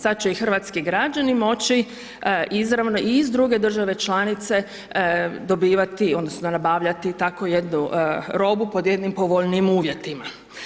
Sad će i hrvatski građani moći izravno i iz druge države članice dobivati odnosno nabavljati tako jednu robu pod jednim povoljnijim uvjetima.